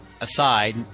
aside